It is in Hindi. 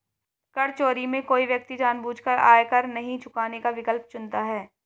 कर चोरी में कोई व्यक्ति जानबूझकर आयकर नहीं चुकाने का विकल्प चुनता है